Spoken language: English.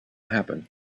happen